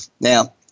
Now